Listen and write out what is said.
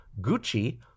Gucci